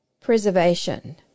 preservation